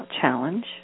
challenge